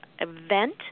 event